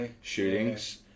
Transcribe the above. shootings